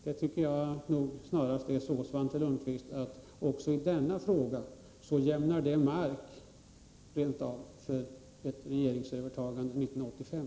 Det är snarast på det sättet, Svante Lundkvist, att omständigheterna också i denna fråga jämnar marken för ett regeringsövertagande 1985.